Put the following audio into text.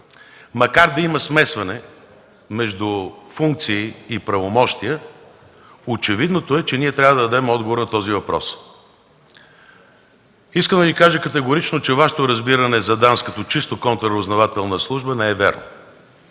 Макар да има смесване между функции и правомощия очевидното е, че ние трябва да дадем отговор на този въпрос. Искам да Ви кажа категорично, че Вашето разбиране за ДАНС като чиста контраразузнавателна служба не е вярно.